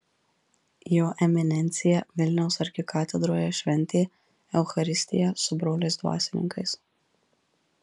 jo eminencija vilniaus arkikatedroje šventė eucharistiją su broliais dvasininkais